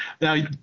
Now